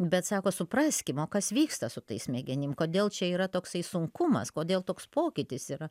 bet sako supraskim o kas vyksta su tais smegenim kodėl čia yra toksai sunkumas kodėl toks pokytis yra